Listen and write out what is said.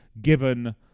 given